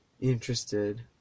Interested